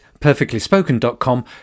perfectlyspoken.com